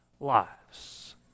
lives